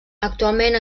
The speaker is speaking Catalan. actualment